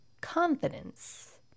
Confidence